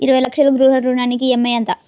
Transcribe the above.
ఇరవై లక్షల గృహ రుణానికి ఈ.ఎం.ఐ ఎంత?